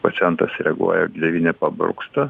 pacientas reaguoja gleivinė paburksta